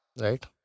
right